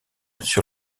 sur